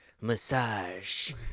Massage